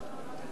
בבקשה.